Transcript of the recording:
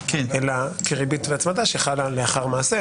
אלא כריבית והצמדה שחלה לאחר מעשה,